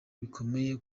bikomeye